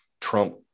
Trump